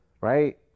right